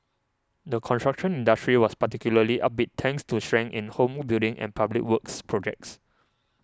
the construction industry was particularly upbeat thanks to strength in home building and public works projects